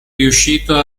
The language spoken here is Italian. riuscito